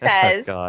says